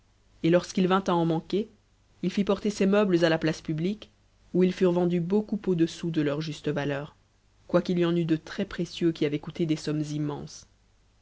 et lorsqu'il vint à en manquer il fit porter ses meubles à la place publique où ils furent vendus beaucoup au-dessous de leur juste valeur quoiqu'il y en eût de très précieux qui avaient coûté des sommes immenses